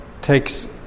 takes